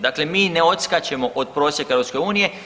Dakle, mi ne odskačemo od prosjeka EU.